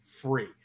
free